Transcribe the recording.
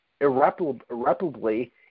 irreparably